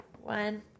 One